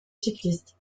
cycliste